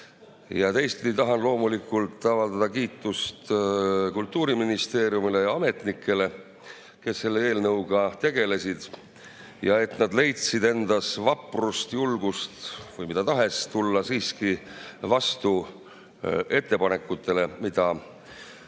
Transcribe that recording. Teistpidi tahan loomulikult avaldada kiitust Kultuuriministeeriumile ja ametnikele, kes selle eelnõuga tegelesid, et nad leidsid endas vaprust, julgust või mida tahes tulla siiski vastu ettepanekutele, mida